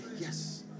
Yes